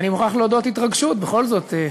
אני מוכרח להודות, התרגשות, בכל זאת,